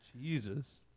Jesus